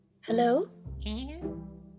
hello